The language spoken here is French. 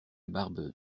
barbe